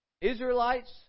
Israelites